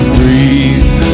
breathe